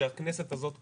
שהכנסת הזאת קבעה,